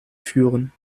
führen